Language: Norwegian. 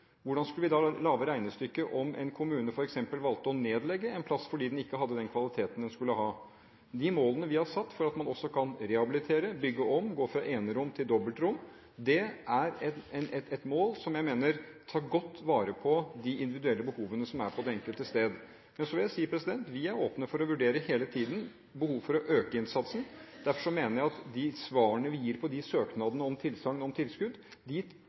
hvordan skulle vi da lage regnestykket om en kommune f.eks. valgte å nedlegge en plass fordi den ikke hadde den kvaliteten den skulle ha? De målene vi har satt for at man også kan rehabilitere, bygge om, gå fra enerom til dobbeltrom, er mål jeg mener tar godt vare på de individuelle behovene på det enkelte sted. Men så vil jeg si: Vi er hele tiden åpne for å vurdere behovet for å øke innsatsen. Derfor mener jeg at de svarene vi gir på søknadene om tilsagn om tilskudd,